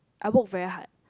I work very hard